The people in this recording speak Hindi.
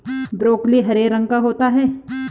ब्रोकली हरे रंग का होता है